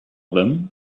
them